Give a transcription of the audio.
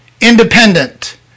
independent